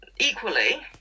equally